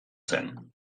zen